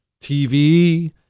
TV